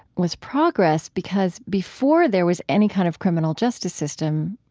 was progress because before there was any kind of criminal justice system,